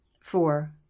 four